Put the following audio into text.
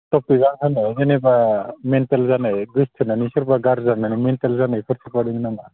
टपिका माने जेनेबा मेन्टेल जानाय गोसो थोनानै सोरबा गारजानानै मेन्टेल जानायफोर सोरबा दङ नामा